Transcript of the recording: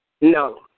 No